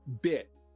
bit